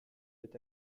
est